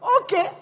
okay